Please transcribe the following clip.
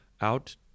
out